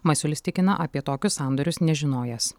masiulis tikina apie tokius sandorius nežinojęs